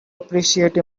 appreciate